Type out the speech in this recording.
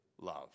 love